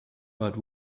but